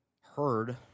heard